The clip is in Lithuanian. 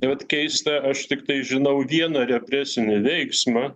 vat keista aš tiktai žinau vieną represinį veiksmą